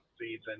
season